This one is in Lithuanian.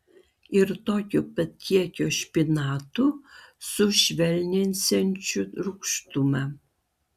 ir tokio pat kiekio špinatų sušvelninsiančių rūgštumą